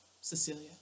Cecilia